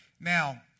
Now